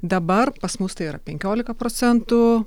dabar pas mus tai yra penkiolika procentų